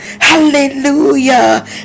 Hallelujah